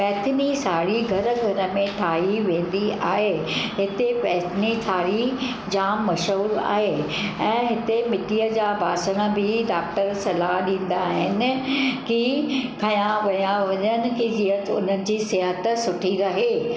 पैथिनी साड़ी घर घर में ठाही वेंदी आहे हिते पैथिनी थाड़ी जाम मशहूरु आहे ऐं हिते मिटीअ जा बासण बि डाक्टर सलाहु ॾींदा आहिनि की खयां विया वञनि कि जीअं हुननि जी सिहत सुठी रहे